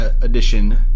edition